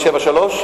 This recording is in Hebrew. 873,